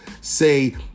say